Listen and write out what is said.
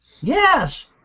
Yes